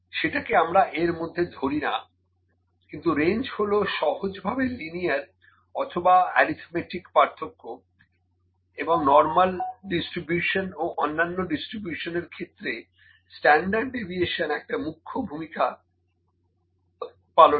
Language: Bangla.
সেটাকে আমরা এর মধ্যে ধরি না কিন্তু রেঞ্জ হলো সহজভাবে লিনিয়ার অথবা অ্যারিথমেটিক পার্থক্য এবং নরমাল ডিস্ট্রিবিউশন ও অন্যান্য ডিস্ট্রিবিউশনের ক্ষেত্রে স্ট্যান্ডার্ড ডেভিয়েশন একটা মুখ্য ভূমিকা পালন করে